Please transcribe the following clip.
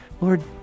Lord